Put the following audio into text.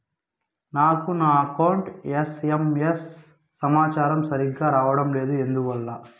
నాకు నా account SMS సమాచారము సరిగ్గా రావడం లేదు ఎందువల్ల?